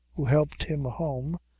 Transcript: who helped him home,